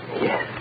Yes